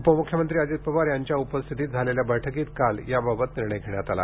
उपमुख्यमंत्री अजित पवार यांच्या उपस्थितीत झालेल्या बैठकीत काल याबाबत निर्णय घेण्यात आला